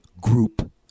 group